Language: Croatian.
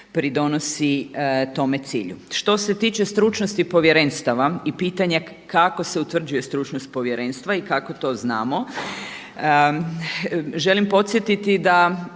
pridonosi tome cilju. Što se tiče stručnosti povjerenstava i pitanja kako se utvrđuje stručnost povjerenstva i kako to znamo želim podsjetiti da